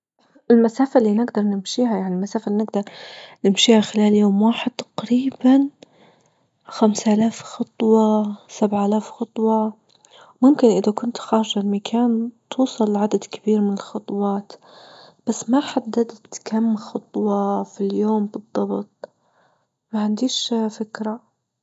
المسافة اللي نجدر نمشيها يعني المسافة اللي نجدر نمشيها خلال يوم واحد تقريبا خمس آلاف خطوة سبع آلاف خطوة ممكن إذا كنت خارجة لمكان توصل لعدد كبير من الخطوات بس ما حددت كم خطوة في اليوم بالضبط ما عنديش فكرة.